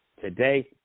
today